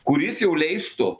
kuris jau leistų